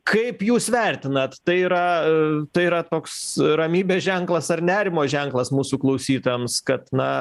kaip jūs vertinat tai yra tai yra toks ramybės ženklas ar nerimo ženklas mūsų klausytojams kad na